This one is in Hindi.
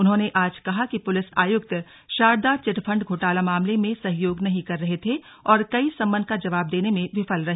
उन्होंने ऑज कहा कि पुलिस आयुक्त शारदा चिटफंड घोटाला मामले में सहयोग नहीं कर रहे थे और कई सम्मन का जवाब देने में विफल रहे